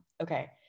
Okay